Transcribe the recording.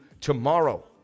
Tomorrow